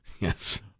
Yes